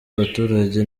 abaturage